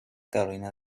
carolina